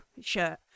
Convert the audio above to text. shirt